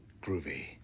Groovy